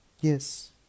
Yes